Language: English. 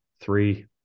three